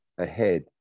ahead